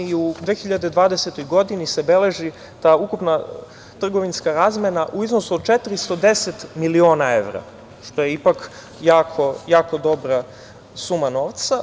U 2020. godini se beleži da ukupna trgovinska razmena u iznosu od 410 miliona evra, što je ipak jako dobra suma novca.